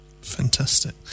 Fantastic